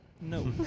No